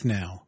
now